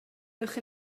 uwch